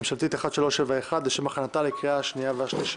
מ/1371 לשם הכנתה לקריאה שנייה ושלישית.